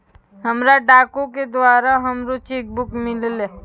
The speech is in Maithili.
हमरा डाको के द्वारा हमरो चेक बुक मिललै